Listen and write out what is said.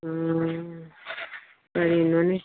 ꯑꯥ